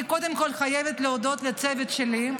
אני קודם כול חייבת להודות לצוות שלי,